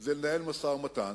זה לנהל משא-ומתן,